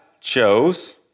chose